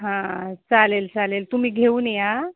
हां चालेल चालेल तुम्ही घेऊन या